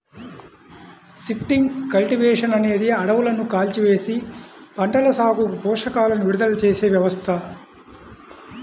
shifting cultivation అనేది అడవులను కాల్చివేసి, పంటల సాగుకు పోషకాలను విడుదల చేసే వ్యవస్థ